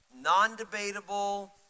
non-debatable